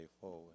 forward